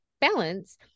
balance